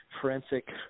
forensic